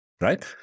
right